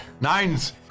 Nines